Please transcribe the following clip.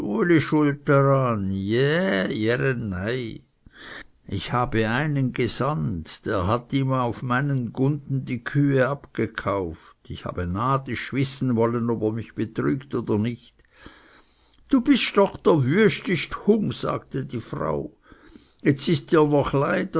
ich habe einen gesandt der hat ihm auf meinen gunten die kühe abgekauft ich habe nadisch wissen wollen ob er mich betrügt oder nicht du bist doch der wüstest hung sagte die frau und jetzt ist es dir noch